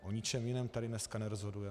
O ničem jiném tady dneska nerozhodujeme.